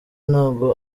ntabwo